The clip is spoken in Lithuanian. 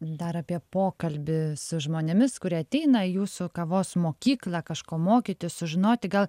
dar apie pokalbį su žmonėmis kurie ateina į jūsų kavos mokyklą kažko mokytis sužinoti gal